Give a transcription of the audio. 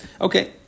Okay